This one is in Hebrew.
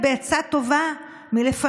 והאיחוי.